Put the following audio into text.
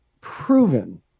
proven